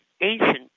ancient